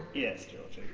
yes,